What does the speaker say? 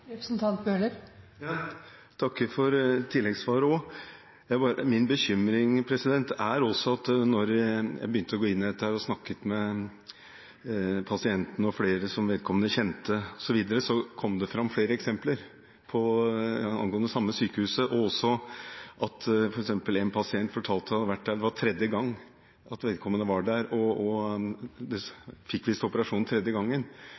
Min bekymring da jeg begynte å gå inn i dette og snakket med pasienten og flere som kjente vedkommende, var at det kom fram flere eksempler angående det samme sykehuset. For eksempel fortalte en pasient at det var tredje gang vedkommende var der – han fikk visst operasjon tredje gangen.